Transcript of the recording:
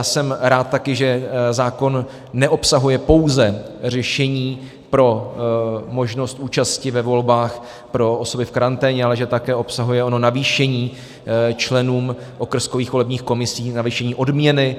Jsem taky rád, že zákon neobsahuje pouze řešení pro možnost účasti ve volbách pro osoby v karanténě, ale že také obsahuje ono navýšení členům okrskových volebních komisí, navýšení odměny.